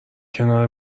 کنار